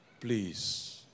please